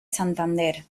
santander